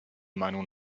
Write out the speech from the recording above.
meinung